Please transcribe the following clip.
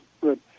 good